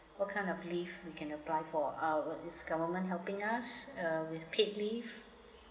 what kind of leave we can apply for uh is government helping us uh with paid leave